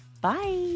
Bye